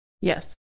yes